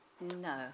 No